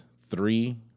three